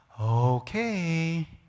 okay